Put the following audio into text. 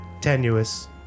tenuous